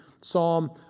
Psalm